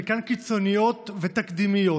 חלקן קיצוניות ותקדימיות,